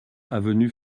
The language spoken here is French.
avenue